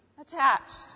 attached